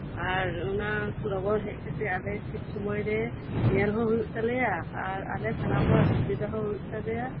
ᱟᱨ ᱚᱱᱟ ᱞᱚᱜᱚᱱ ᱦᱮᱡ ᱠᱟᱛᱮᱫ ᱟᱞᱮ ᱴᱷᱤᱠ ᱥᱩᱢᱳᱭ ᱨᱮ ᱧᱮᱞᱦᱚᱸ ᱦᱳᱭᱳᱜ ᱛᱟᱞᱮᱭᱟ ᱟᱨ ᱟᱞᱮ ᱥᱟᱱᱟᱢ ᱦᱚᱲᱟᱜ ᱥᱩᱵᱤᱫᱟ ᱦᱚᱸ ᱦᱳᱭᱳᱜ ᱛᱟᱞᱮᱭᱟ